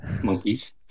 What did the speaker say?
Monkeys